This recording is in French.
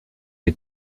que